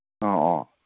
ꯑꯣ ꯑꯣ